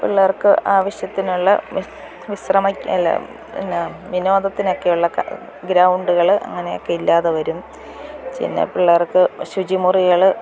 പിള്ളേർക്ക് ആവശ്യത്തിനുള്ള അല്ല പിന്നെ വിനോദത്തിനൊക്കെയുള്ള ഗ്രൗണ്ടുകൾ അങ്ങനെയൊക്കെ ഇല്ലാതെ വരും പിന്നെ പിള്ളേർക്ക് ശുചിമുറികൾ